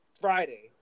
Friday